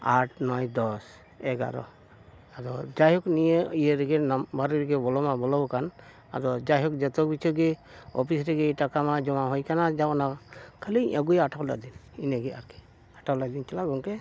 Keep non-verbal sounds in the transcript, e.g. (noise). ᱟᱴ ᱱᱚᱭ ᱫᱚᱥ ᱮᱜᱟᱨᱚ ᱟᱫᱚ ᱡᱟᱭᱦᱳᱠ ᱱᱤᱭᱟᱹ ᱤᱭᱟᱹ ᱨᱮᱜᱮ ᱱᱟᱢᱵᱟᱨ ᱨᱮᱜᱮ ᱵᱚᱞᱚ ᱢᱟ ᱵᱚᱞᱚ ᱟᱠᱟᱱ ᱟᱫᱚ ᱡᱟᱭᱦᱳᱠ ᱡᱚᱛᱚ ᱠᱤᱪᱷᱩ ᱜᱮ ᱚᱯᱷᱤᱥ ᱨᱮᱜᱮ ᱴᱟᱠᱟ ᱢᱟ ᱡᱚᱢᱟ ᱦᱩᱭ ᱟᱠᱟᱱᱟ ᱡᱮ ᱚᱱᱟ ᱠᱷᱟᱹᱞᱤ ᱟᱹᱜᱩᱭᱟ ᱟᱴᱷᱟᱨᱚ ᱦᱤᱞᱳᱜ ᱫᱤᱱ ᱤᱱᱟᱹᱜᱮ ᱟᱨᱠᱤ (unintelligible) ᱪᱟᱞᱟᱜᱼᱟ ᱜᱚᱢᱠᱮ